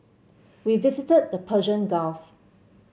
we visited the Persian Gulf